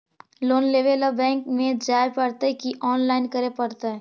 Loan लेवे ल bank में जाय पड़तै कि औनलाइन करे पड़तै?